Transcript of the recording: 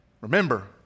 Remember